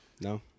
No